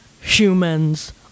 humans